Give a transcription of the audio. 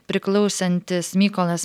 priklausantis mykolas